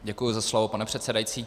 Děkuji za slovo, pane předsedající.